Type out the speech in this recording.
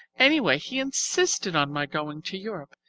anyway, he insisted on my going to europe.